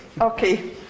Okay